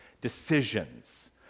decisions